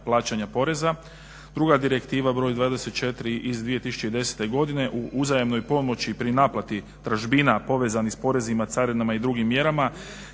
plaćanja poreza. Druga Direktiva br. 24./2010. o uzajamnoj pomoći pri naplati tražbina povezanih s porezima, carinama i drugim mjerama.